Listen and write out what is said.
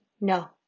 no